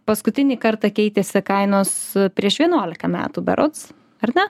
paskutinį kartą keitėsi kainos prieš vienuolika metų berods ar ne